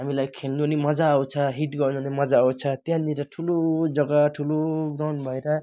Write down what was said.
हामीलाई खेल्नु नि मजा आउँछ हिट गर्नु नि मजा आउँछ त्यहाँनिर ठुलो जग्गा ठुलो ग्राउन्ड भएर